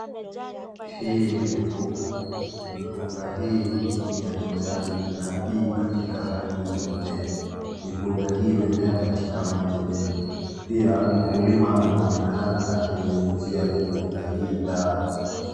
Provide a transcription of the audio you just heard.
Hii ni mipunga. Mipunga hii ni ya kijani na ii katika hali ya kumea mipunga hii imemea katika maji mengi pia mkulima anaonekana akinyunyuzia mipunga hii dawa.